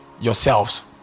yourselves